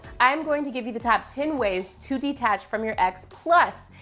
i'm going to give you the top ten ways to detach from your ex, plus,